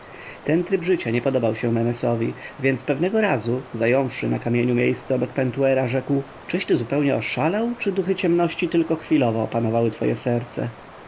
ten tryb życia nie podobał się menesowi więc pewnego razu zająwszy na kamieniu miejsce obok pentuera rzekł czyś ty zupełnie oszalał czy duchy ciemności tylko chwilowo opanowały twoje serce